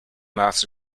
maths